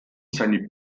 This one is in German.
seine